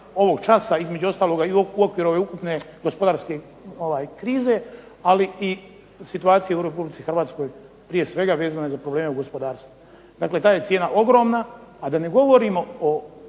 ovog časa. Između ostaloga i u okviru ove ukupne gospodarske krize, ali i situacije u RH prije svega vezane za probleme u gospodarstvu. Dakle, ta je cijena ogromna, a da ne govorimo o